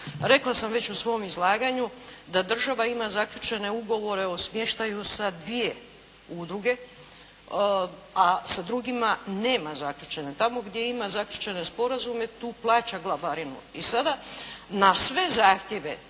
Rekla sam već u svom izlaganju da država ima zaključene ugovore o smještaju sa dvije udruge, a sa drugima nema zaključene. Tamo gdje ima zaključene sporazume tu plaća globarinu. I sada na sve zahtjeve